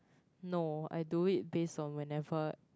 no I do it base on whenever